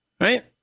right